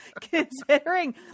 considering